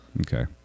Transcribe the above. Okay